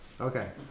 Okay